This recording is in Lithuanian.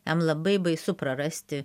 jam labai baisu prarasti